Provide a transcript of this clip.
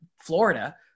Florida